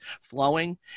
flowing